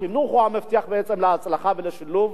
החינוך הוא המפתח, בעצם, להצלחה ולשילוב.